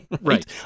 Right